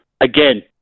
again